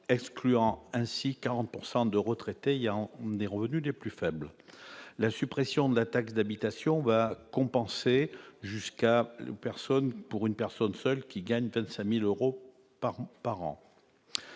excluant ainsi 40 pourcent de de retraités, il y a encore des revenus les plus faibles, la suppression de la taxe d'habitation va compenser jusqu'à personne pour une personne seule qui gagne-t-elle sa 1000 euros par an